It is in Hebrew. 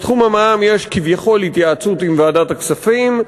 בתחום המע"מ יש כביכול התייעצות עם ועדת הכספים,